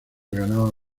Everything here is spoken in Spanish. ganaba